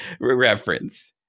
reference